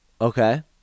Okay